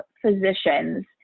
physicians